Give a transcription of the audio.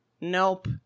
Nope